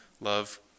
Love